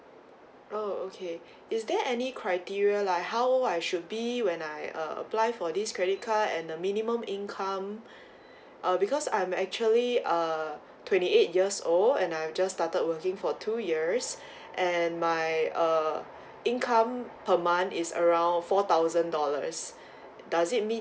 oh okay is there any criteria like how I should be when I uh apply for this credit card and the minimum income uh because I'm actually uh twenty eight years old and I just started working for two years and my uh income per month is around four thousand dollars does it mean